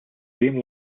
game